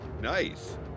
Nice